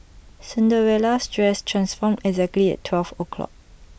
Cinderella's dress transformed exactly at twelve o'clock